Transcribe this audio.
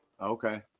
Okay